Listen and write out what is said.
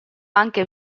anche